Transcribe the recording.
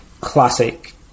classic